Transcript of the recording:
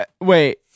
Wait